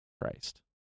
Christ